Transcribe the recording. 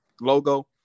logo